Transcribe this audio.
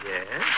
Yes